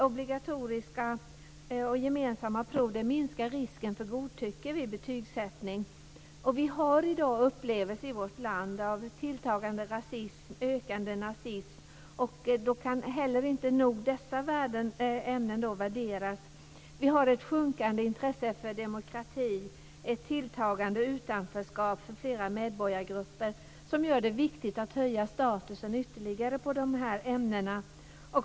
Obligatoriska och gemensamma prov minskar nämligen risken för godtycke vid betygssättningen. Vi har i dag upplevelser i vårt land av tilltagande rasism och ökande nazism. Då kan inte dessa ämnen nog värderas. Vi har ett sjunkande intresse för demokrati och ett tilltagande utanförskap för flera medborgargrupper som gör det viktigt att höja statusen ytterligare på dessa ämnen.